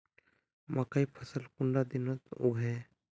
मकई फसल कुंडा दिनोत उगैहे?